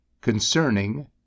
concerning